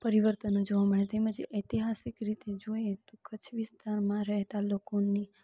પરિવર્તનો જોવા મળે તેમજ ઐતિહાસિક રીતે જોઈએ તો કચ્છ વિસ્તારમાં રહેતા લોકોની